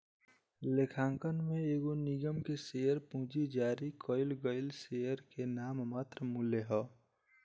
लेखांकन में एगो निगम के शेयर पूंजी जारी कईल गईल शेयर के नाममात्र मूल्य ह